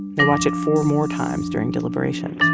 they'll watch it four more times during deliberations